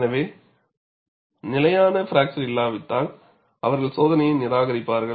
எனவே நிலையான பிராக்சர் இல்லாவிட்டால் அவர்கள் சோதனையை நிராகரிப்பார்கள்